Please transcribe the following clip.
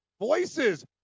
voices